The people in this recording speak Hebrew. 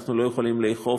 ואנחנו לא יכולים לאכוף,